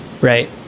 right